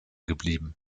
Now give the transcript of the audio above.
geblieben